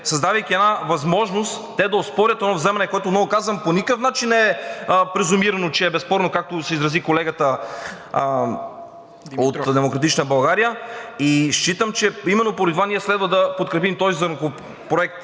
създавайки възможност те да оспорят едно вземане, което, отново казвам, по никакъв начин не е презумирано, че е безспорно, както се изрази колегата от „Демократична България“, считам, че следва да подкрепим този законопроект,